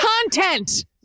content